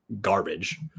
garbage